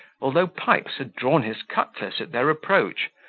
although pipes had drawn his cutlass at their approach,